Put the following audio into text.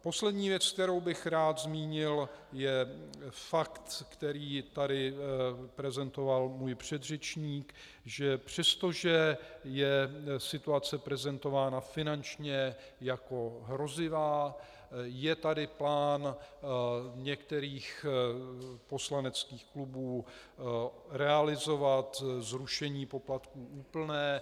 Poslední věc, kterou bych rád zmínil, je fakt, který tady prezentoval můj předřečník, že přestože je situace prezentována finančně jako hrozivá, je tady plán některých poslaneckých klubů realizovat zrušení poplatků úplné.